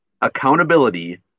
accountability